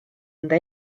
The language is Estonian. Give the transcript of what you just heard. enda